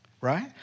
right